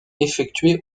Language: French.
effectuées